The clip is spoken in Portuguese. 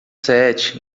sete